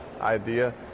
idea